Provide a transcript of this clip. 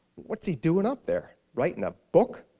what's he doing up there? writing a book?